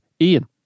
Ian